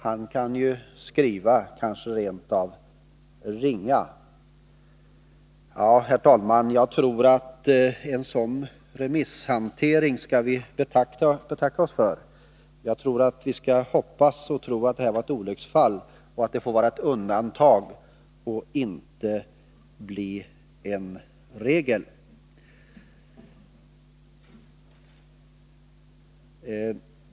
Han kan ju skriva eller kanske rent av ringa! — Ja, herr talman, jag tror att vi skall betacka oss för en sådan remisshantering. Jag vill gärna hoppas och tro att det här var ett olycksfall och att det får vara ett undantag och inte bli en regel.